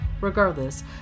Regardless